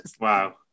Wow